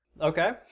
Okay